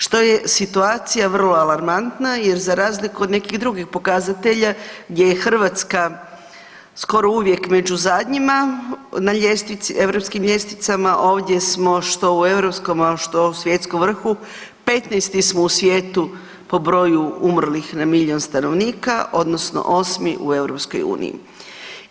Što je situacija vrlo alarmantna jer za razliku od nekih drugih pokazatelja gdje je Hrvatska skoro uvijek među zadnjima na ljestvici, europskim ljestvicama, ovdje smo što u europskom a što u svjetskom vrhu, 15. smo u svijetu po broju umrlih na milijun stanovnika odnosno 8. u EU-u.